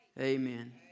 Amen